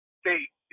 state